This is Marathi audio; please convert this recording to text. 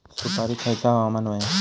सुपरिक खयचा हवामान होया?